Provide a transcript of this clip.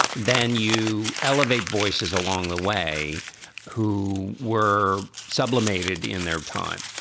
then you elevate voices along the way who were sublimated in their time.